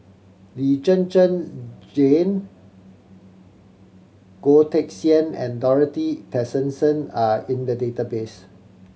Lee Zhen Zhen Jane Goh Teck Sian and Dorothy Tessensohn are in the database